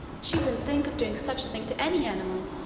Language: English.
she wouldn't think of doing such a thing to any animal.